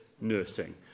nursing